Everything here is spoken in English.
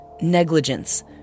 negligence